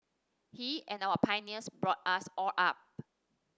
he and our pioneers brought us all up